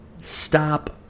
stop